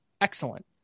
excellent